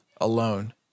alone